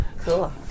Cool